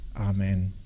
Amen